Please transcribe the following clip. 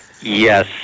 Yes